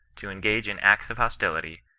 to engage in acts of hostility,